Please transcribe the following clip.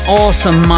awesome